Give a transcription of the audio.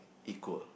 equal